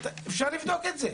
אפשר לבדוק את זה.